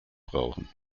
brauchen